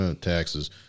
taxes